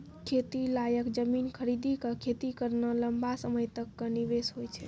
खेती लायक जमीन खरीदी कॅ खेती करना लंबा समय तक कॅ निवेश होय छै